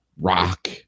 rock